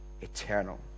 eternal